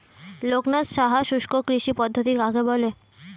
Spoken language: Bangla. লোকনাথ সাহা শুষ্ককৃষি পদ্ধতি কাকে বলে?